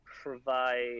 provide